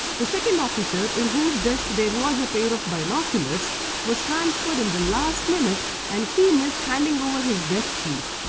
the second officer in whose desk there was a pair of binoculars was transferred in the last minute and he missed handing over his desk keys.